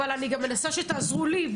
אבל אני מנסה שגם תעזרו לי,